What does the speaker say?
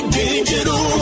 digital